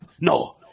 No